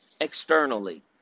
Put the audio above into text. externally